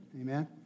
amen